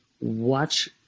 watch